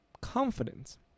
confidence